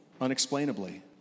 unexplainably